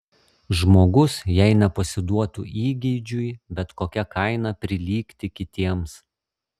žmogus jei nepasiduotų įgeidžiui bet kokia kaina prilygti kitiems